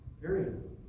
Period